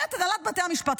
אומרת הנהלת בתי המשפט,